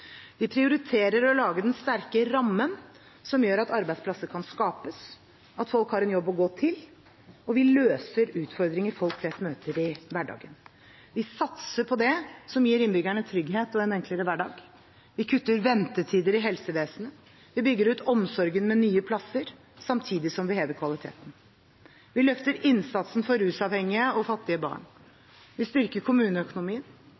Vi prioriterer å lage den sterke rammen som gjør at arbeidsplasser kan skapes, at folk har en jobb å gå til, og vi løser utfordringer folk flest møter i hverdagen. Vi satser på det som gir innbyggerne trygghet og en enklere hverdag. Vi kutter ventetidene i helsevesenet. Vi bygger ut omsorgen med nye plasser, samtidig som vi hever kvaliteten. Vi løfter innsatsen for rusavhengige og fattige barn. Vi styrker kommuneøkonomien.